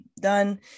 done